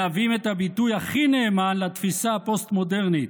מהווים את הביטוי הכי נאמן לתפיסה הפוסט-מודרנית,